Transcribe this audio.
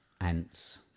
ants